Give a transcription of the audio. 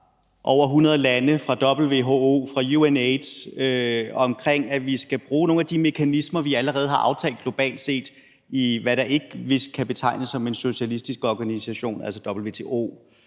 over hundrede lande, fra WHO og UNAIDS, omkring, at vi skal bruge nogle af de mekanismer, vi allerede har aftalt globalt set, i, hvad der vist ikke kan betegnes som en socialistisk organisation, altså WTO,